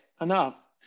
enough